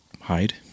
hide